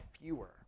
fewer